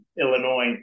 Illinois